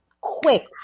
Quick